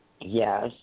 yes